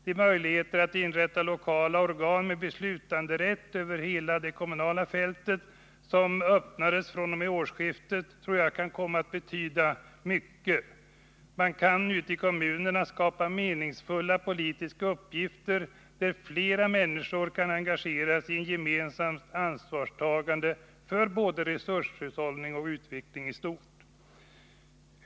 De möjligheter att inrätta lokala organ med beslutanderätt över hela det kommunala fältet som öppnats fr.o.m. årsskiftet tror jag kan komma att betyda mycket. Man kan ute i kommunerna skapa meningsfulla politiska uppgifter, där fler människor kan engageras i gemensamt ansvarstagande för både resurshushållning och utveckling i stort.